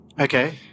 Okay